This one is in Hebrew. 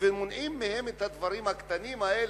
ומונעים מהם את הדברים הקטנים האלה,